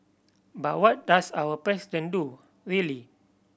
but what does our President do really